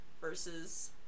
versus